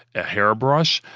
a hairbrush,